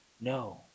No